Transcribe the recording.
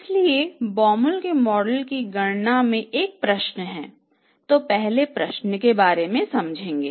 इसलिए Baumol model की गणना में एक प्रश्न है तो पहले प्रश्न के बारे में समझेंगे